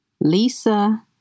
Lisa